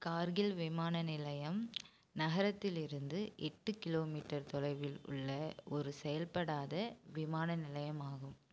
கார்கில் விமான நிலையம் நகரத்திலிருந்து எட்டு கிலோமீட்டர் தொலைவில் உள்ள ஒரு செயல்படாத விமான நிலையமாகும்